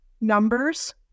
numbers